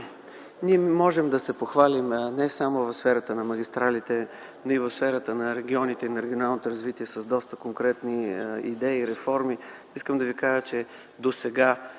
ние можем да се похвалим не само в сферата на магистралите, но и в сферата на регионите и регионалното развитие с доста конкретни идеи и реформи. Досега нито едно